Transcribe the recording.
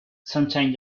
sometime